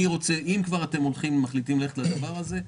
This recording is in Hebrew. אם אתם מחליטים ללכת לדבר הזה,